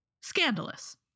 scandalous